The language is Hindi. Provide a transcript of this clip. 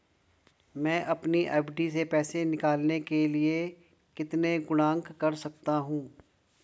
मैं अपनी एफ.डी से पैसे निकालने के लिए कितने गुणक कर सकता हूँ?